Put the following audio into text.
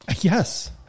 Yes